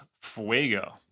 Fuego